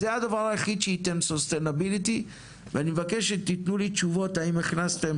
זה הדבר היחיד שייתן ססטנביליטי ואני מבקש שתתנו לי תשובות האם הכנסתם